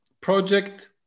project